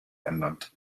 ernannt